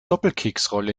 doppelkeksrolle